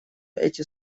эти